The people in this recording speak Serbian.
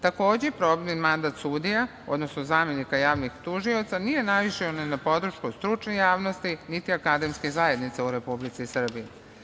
Takođe, probni mandat sudija, odnosno zamenika javnih tužioca nije naišao ni na podršku stručne javnosti, niti Akademske zajednice u Republici Srbiji.